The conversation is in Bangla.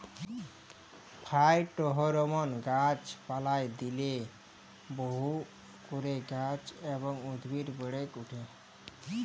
ফাইটোহরমোন গাছ পালায় দিইলে বহু করে গাছ এবং উদ্ভিদ বেড়েক ওঠে